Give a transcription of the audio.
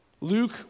Luke